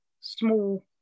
small